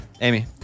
Amy